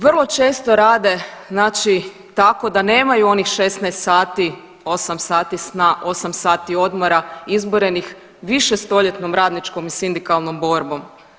Vrlo često rade znači tako da nemaju onih 16 sati 8 sati sna, 8 sati odmora izborenih višestoljetnom radničkom i sindikalnom borbom.